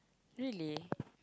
really